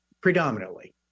predominantly